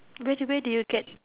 where do where do you get